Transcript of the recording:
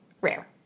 rare